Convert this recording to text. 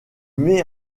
met